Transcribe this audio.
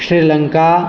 Sri Lanka